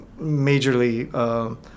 majorly